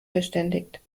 verständigt